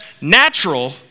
natural